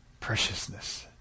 Preciousness